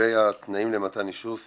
לגבי התנאים למתן אישור,